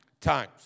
times